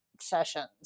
sessions